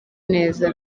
neza